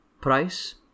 price